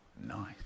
Nice